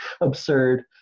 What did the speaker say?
absurd